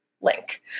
link